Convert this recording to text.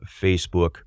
Facebook